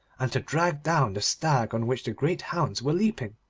and to drag down the stag on which the great hounds were leaping,